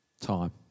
time